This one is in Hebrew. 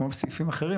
כמו בסעיפים אחרים,